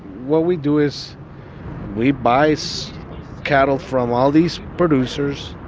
what we do is we buy so cattle from all these producers,